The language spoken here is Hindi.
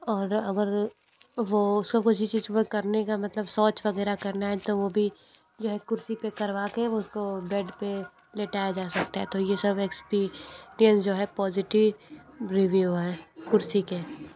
और अगर वह उसको किसी चीज़ पर करने का मतलब शौच वगैरह करना है तो वह भी यह कुर्सी पर करवा कर उसको बेड पर लेटाया जा सकता है तो यह सब एक्सपीरिएन्स जो है पॉजटि रिव्यु है कुर्सी के